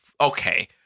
Okay